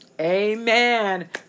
Amen